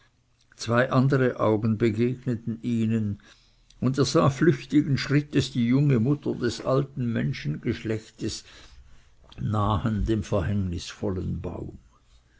zwei andere augen begegneten ihnen und er sah flüchtigen schrittes die junge mutter des alten menschengeschlechtes nahen dem verhängnisvollen baume